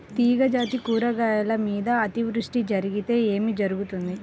తీగజాతి కూరగాయల మీద అతివృష్టి జరిగితే ఏమి జరుగుతుంది?